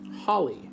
Holly